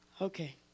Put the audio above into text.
Okay